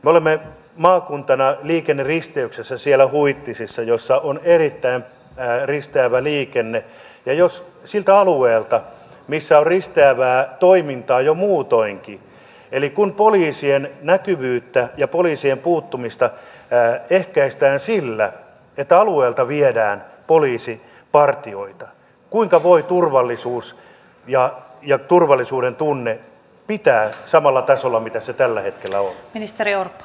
me olemme maakuntana liikenneristeyksessä siellä huittisissa missä on erittäin risteävä liikenne ja jos siltä alueelta missä on risteävää toimintaa jo muutoinkin poliisien näkyvyyttä ja poliisien puuttumista ehkäistään sillä että alueelta viedään poliisipartioita kuinka voi turvallisuuden ja turvallisuudentunteen pitää samalla tasolla kuin millä ne tällä hetkellä ovat